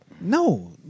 No